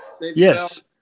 Yes